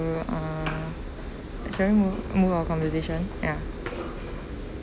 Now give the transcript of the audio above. uh shall we move move our conversation ya